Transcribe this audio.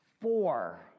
four